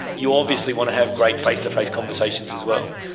you obviously want to have great face-to-face conversations as well,